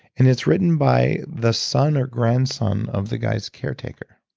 and it's written by the son or grandson of the guy's caretaker